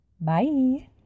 Bye